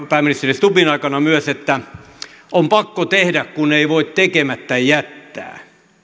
pääministeri stubbin aikana myös että on pakko tehdä kun ei voi tekemättä jättää